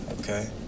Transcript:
Okay